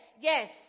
yes